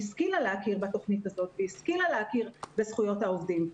שהשכילה להכיר בתוכנית הזאת והשכילה להכיר בזכויות העובדים.